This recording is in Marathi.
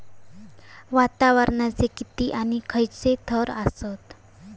वातावरणाचे किती आणि खैयचे थर आसत?